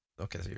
Okay